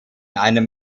einem